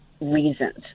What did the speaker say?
reasons